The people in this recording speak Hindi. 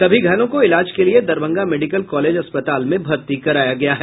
सभी घायलों को ईलाज के लिए दरभंगा मेडिकल कॉलेज अस्पताल में भर्ती कराया गया है